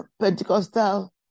Pentecostal